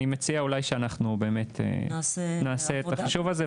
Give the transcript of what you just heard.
אני מציע שאולי אנחנו באמת נעשה את החישוב הזה,